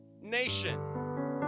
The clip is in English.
nation